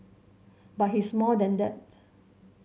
but he's more than that